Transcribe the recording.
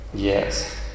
Yes